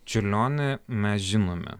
čiurlionį mes žinome